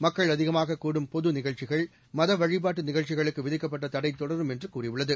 மக்கள் அதிகமாககூடும் பொதுநிகழ்ச்சிகள் மதவழிபாட்டுநிகழ்ச்சிகளுக்குவிதிக்கப்பட்டதடைதொடரும் என்றுகூறியுள்ளது